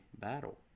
battle